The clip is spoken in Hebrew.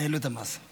אבל העלו את, 200 שקל.